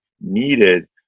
needed